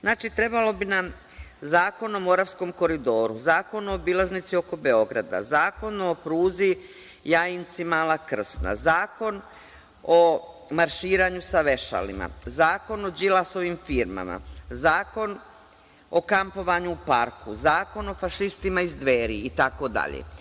Znači, trebao bi nam zakon o moravskom koridoru, zakon o obilaznici oko Beograda, zakon o pruzi Jajinci-Mala Krsna, zakon o marširanju sa vešalima, zakon o Đilasovim firmama, zakon o kampovanju u parku, zakon o fašistima iz Dveri itd.